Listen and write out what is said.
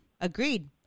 Agreed